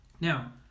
Now